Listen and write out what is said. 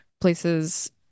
places